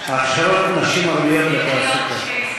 הכשרות נשים ערביות לתעסוקה.